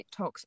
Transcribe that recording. TikToks